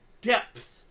depth